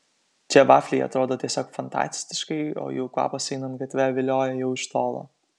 čia vafliai atrodo tiesiog fantastiškai o jų kvapas einant gatve vilioja jau iš tolo